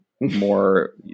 more